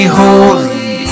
holy